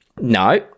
No